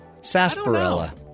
Sarsaparilla